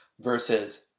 versus